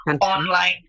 online